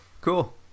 Cool